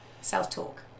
self-talk